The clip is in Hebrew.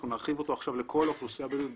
אנחנו נרחיב אותו עכשיו לכל האוכלוסייה בדרום.